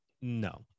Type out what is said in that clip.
no